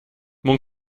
mon